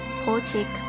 poetic